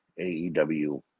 aew